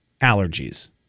allergies